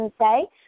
say